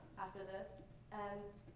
after this. and